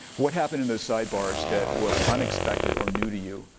what happened in those sidebars that was unexpected or new to you,